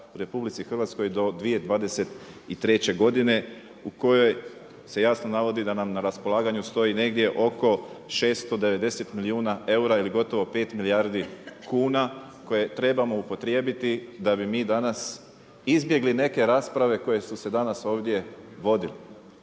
u RH do 2023. godine u kojoj se jasno navodi da nam na raspolaganju stoji negdje oko 690 milijuna eura ili gotovo pet milijardi kuna koje trebamo upotrijebiti da bi mi danas izbjegli neke rasprave koje su se danas ovdje vodile.